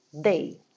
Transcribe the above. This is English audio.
day